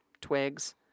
twigs